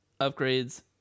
upgrades